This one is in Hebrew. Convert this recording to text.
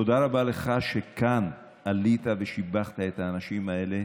תודה רבה לך שכאן עלית ושיבחת את האנשים האלה,